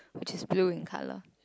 which is blue in colour